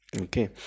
Okay